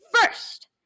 first